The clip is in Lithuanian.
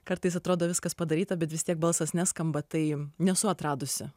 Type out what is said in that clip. kartais atrodo viskas padaryta bet vis tiek balsas neskamba tai nesu atradusi